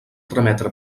trametre